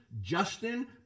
Justin